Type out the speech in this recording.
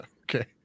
okay